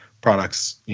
products